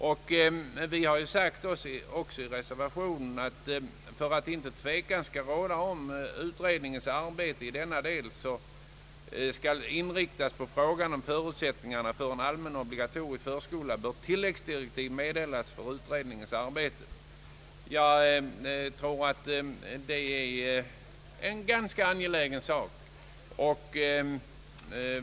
I reservation a har också anförts: ”För att tvekan ej skall råda om att utredningens arbete i denna del skall inriktas på frågan om förutsättningarna för en allmän obligatorisk förskola bör tilläggsdirektiv meddelas för utredningens arbete.” Jag anser att det är en ganska angelägen sak.